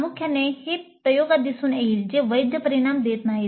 प्रामुख्याने हे प्रयोगात दिसून येईल जे वैध परिणाम देत नाही